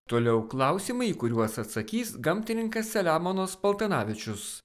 toliau klausimai į kuriuos atsakys gamtininkas selemonas paltanavičius